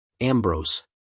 Ambrose